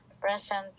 present